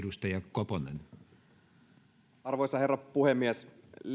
arvoisa herra puhemies